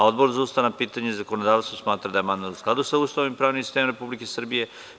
Odbor za ustavna pitanja i zakonodavstvo smatra da je amandman u skladu sa Ustavom i pravnim sistemom Republike Srbije.